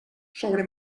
sobre